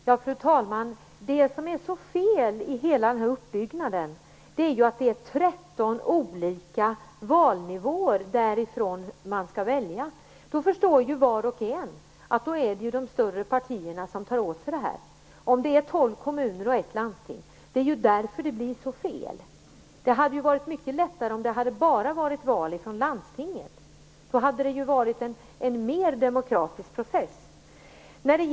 Fru talman! Det som är så fel i hela den här uppbyggnaden är att det är 13 olika valda församlingar som man skall välja från. Då förstår ju var och en att det är de större partierna som tar hem spelet. Det är tolv kommuner och ett landsting. Det är därför det blir så fel. Det hade ju varit mycket lättare om det bara hade varit val från landstinget. Då hade det varit en mer demokratisk process.